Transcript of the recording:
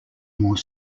more